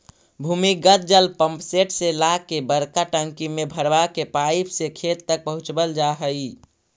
भूमिगत जल पम्पसेट से ला के बड़का टंकी में भरवा के पाइप से खेत तक पहुचवल जा हई